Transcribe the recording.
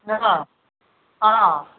ના હા